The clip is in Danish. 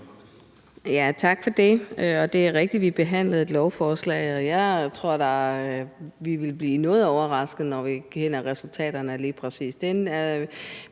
Tak for det. Det er rigtigt, at vi behandlede et lovforslag, og jeg tror da, vi vil blive noget overrasket, når vi kender resultaterne af lige præcis